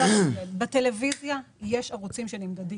בטלוויזיה יש ערוצים שנמדדים.